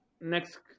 Next